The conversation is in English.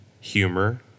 Humor